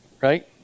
right